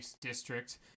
district